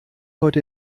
heute